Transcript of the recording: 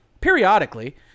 Periodically